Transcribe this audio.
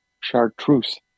chartreuse